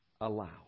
allow